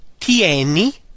tieni